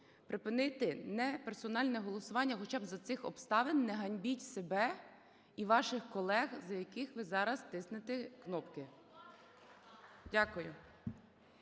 припинити неперсональне голосування хоча б за цих обставин, не ганьбіть себе і ваших колег, за яких ви зараз тиснете кнопки. Дякую.